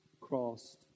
crossed